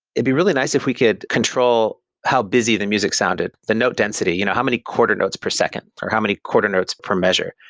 it'd be really nice if we could control how busy the music sounded, the note density, you know how many quarter notes per second, or how many quarter notes per measure.